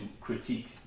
critique